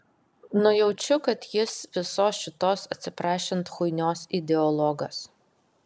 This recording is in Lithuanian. nujaučiu kad jis visos šitos atsiprašant chuinios ideologas